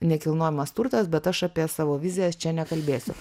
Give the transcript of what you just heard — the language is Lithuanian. nekilnojamas turtas bet aš apie savo vizijas čia nekalbėsiu